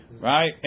Right